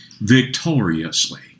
victoriously